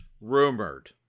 Rumored